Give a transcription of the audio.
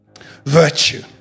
virtue